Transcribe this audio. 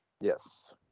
Yes